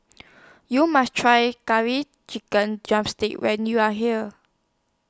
YOU must Try Curry Chicken Drumstick when YOU Are here